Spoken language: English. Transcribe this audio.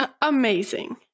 Amazing